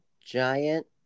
giant